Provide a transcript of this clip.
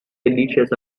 delicious